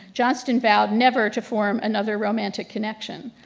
johnston vowed never to form another romantic connection.